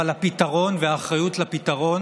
אבל הפתרון והאחריות לפתרון